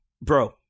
bro